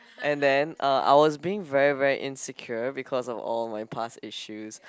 and then uh I was being very very insecure because of all my past issues